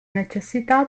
necessità